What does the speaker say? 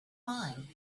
mind